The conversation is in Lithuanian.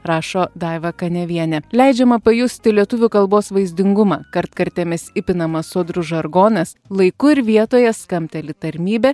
rašo daiva kaniavienė leidžiama pajusti lietuvių kalbos vaizdingumą kartkartėmis įpinamas sodrus žargonas laiku ir vietoje skambteli tarmybė